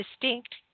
distinct